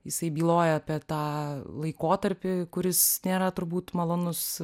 jisai byloja apie tą laikotarpį kuris nėra turbūt malonus